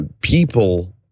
people